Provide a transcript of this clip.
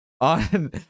on